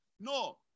No